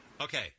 Okay